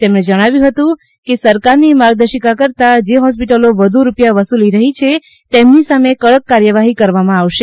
તેમણે જણાવ્યુ હતુ કે સરકારની માર્ગદર્શિકા કરતા જે હોસ્પીટલો વધુ રૂપિયા વસૂલી રહી છે તેમની સામે કડક કાર્યવાહી કરવામાં આવશે